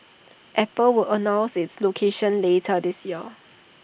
Apple will announce its location later this year